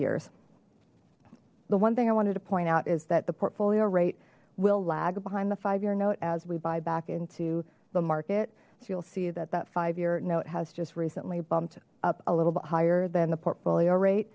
years the one thing i wanted to point out is that the portfolio rate will lag behind the five year note as we buy back into the market so you'll see that that five year note has just recently bumped up a little bit higher than the portfolio rate